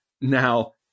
now